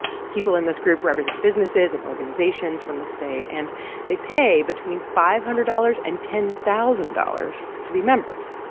people in this group represent businesses and organizations from the state. and they pay between five hundred dollars and ten thousand dollars to be members.